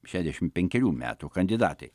šešiasdešim penkerių metų kandidatai